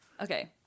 okay